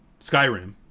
Skyrim